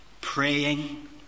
praying